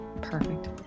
Perfect